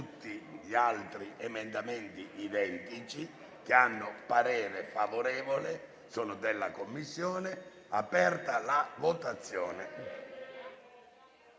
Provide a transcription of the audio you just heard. Grazie,